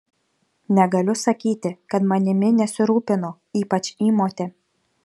negaliu sakyti kad manimi nesirūpino ypač įmotė